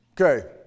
Okay